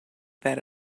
that